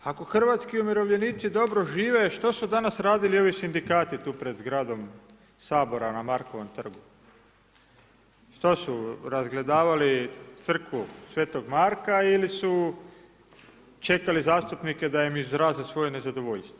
Ako hrvatski umirovljenici dobro žive, što su danas radili ovi Sindikati tu pred zgradom Sabora na Markovom trgu, što su razgledavali Crkvu Sv. Marka ili su čekali zastupnike da im izraze svoje nezadovoljstvo.